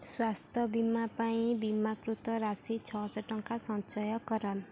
ସ୍ଵାସ୍ଥ ବୀମା ପାଇଁ ବୀମାକୃତ ରାଶି ଛଅଶହ ଟଙ୍କା ଚୟନ କର